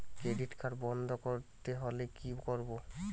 Credit card বন্ধ করতে হলে কি করব?